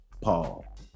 paul